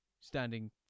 standing